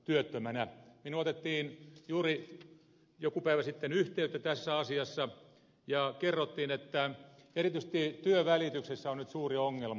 minuun otettiin juuri joku päivä sitten yhteyttä tässä asiassa ja kerrottiin että erityisesti työnvälityksessä on nyt suuri ongelma